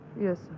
Yes